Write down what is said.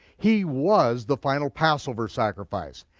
he was the final passover sacrifice.